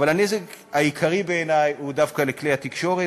אבל הנזק העיקרי בעיני הוא דווקא לכלי התקשורת,